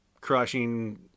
crushing